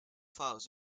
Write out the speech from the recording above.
files